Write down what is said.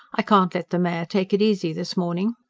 i can't let the mare take it easy this morning.